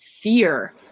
fear